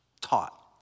taught